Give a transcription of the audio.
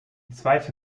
zweite